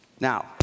Now